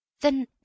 Then